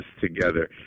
together